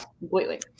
completely